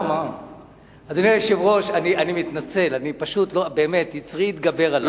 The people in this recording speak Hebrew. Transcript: אדוני היושב-ראש, אני מתנצל, יצרי גבר עלי.